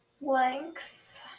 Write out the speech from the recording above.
Length